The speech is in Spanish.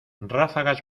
ráfagas